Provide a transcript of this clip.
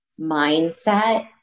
mindset